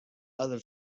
other